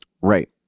Right